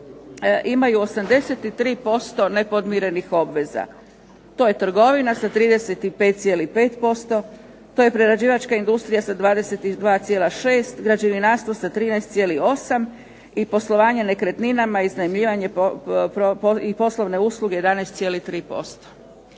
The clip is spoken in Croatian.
imaju 83% nepodmirenih obveza. To je trgovina sa 35,5%, prerađivačka industrija sa 22,6, građevinarstvo sa 13,8 i poslovanje nekretninama i iznajmljivanje i poslovne usluge 11,3%.